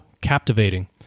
captivating